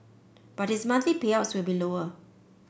but his monthly payouts will be lower